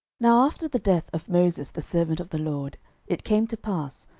now after the death of moses the servant of the lord it came to pass,